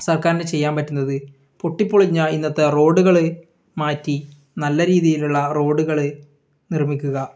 സർക്കാരിന് ചെയ്യാൻ പറ്റുന്നത് പൊട്ടിപ്പൊളിഞ്ഞ ഇന്നത്തെ റോഡുകൾ മാറ്റി നല്ല രീതിയിലുള്ള റോഡുകൾ നിർമ്മിക്കുക